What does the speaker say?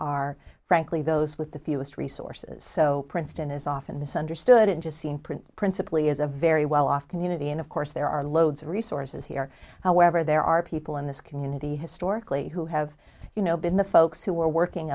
are frankly those with the fewest resources so princeton is often misunderstood and just seen print principally is a very well off community and of course there are loads of resources here however there are people in this community historically who have you know been the folks who were working